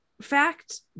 fact